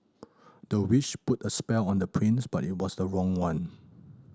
the witch put a spell on the prince but it was the wrong one